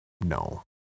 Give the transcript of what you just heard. No